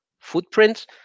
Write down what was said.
footprints